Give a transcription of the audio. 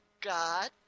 God